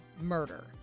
murder